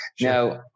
Now